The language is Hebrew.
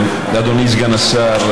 אדוני סגן השר,